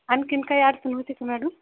आणखी काही अडचण होती का मॅडम